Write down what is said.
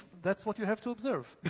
that's what you have to observe.